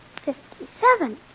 Fifty-seven